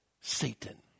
Satan